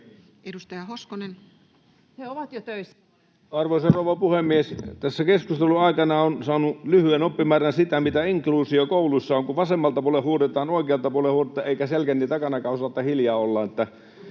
hallinnonala Time: 13:23 Content: Arvoisa rouva puhemies! Tässä keskustelun aikana on saanut lyhyen oppimäärän siitä, mitä inkluusio kouluissa on, kun vasemmalta puolelta huudetaan ja oikealta puolelta huudetaan eikä selkäni takanakaan osata hiljaa olla.